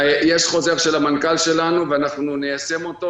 יש חוזר של המנכ"ל שלנו ואנחנו ניישם אותו,